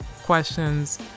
questions